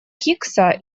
хиггса